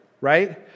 right